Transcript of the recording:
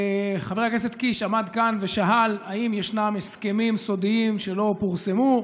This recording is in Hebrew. חבר הכנסת קיש עמד כאן ושאל אם ישנם הסכמים סודיים שלא פורסמו.